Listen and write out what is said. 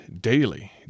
daily